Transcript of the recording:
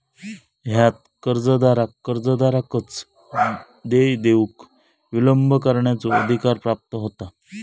ह्यात कर्जदाराक कर्जदाराकच देय देऊक विलंब करण्याचो अधिकार प्राप्त होता